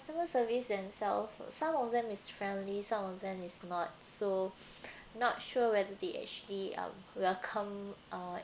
customer service themself some of them is friendly some of them is not so not sure whether they actually um welcome uh